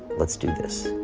let's do this.